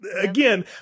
Again